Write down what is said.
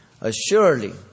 Assuredly